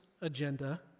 agenda